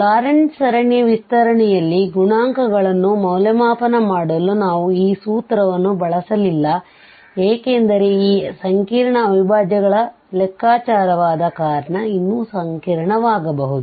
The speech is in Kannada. ಲಾರೆಂಟ್ ಸರಣಿಯ ವಿಸ್ತರಣೆಯಲ್ಲಿ ಗುಣಾಂಕಗಳನ್ನು ಮೌಲ್ಯಮಾಪನ ಮಾಡಲು ನಾವು ಈ ಸೂತ್ರವನ್ನು ಬಳಸಲಿಲ್ಲ ಏಕೆಂದರೆ ಈ ಸಂಕೀರ್ಣ ಅವಿಭಾಜ್ಯಗಳ ಲೆಕ್ಕಾಚಾರವಾದ ಕಾರಣ ಇನ್ನೂ ಸಂಕೀರ್ಣವಾಗಬಹುದು